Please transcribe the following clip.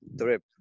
trip